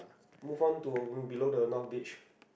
move on to below the north beach